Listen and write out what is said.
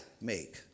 make